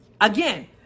Again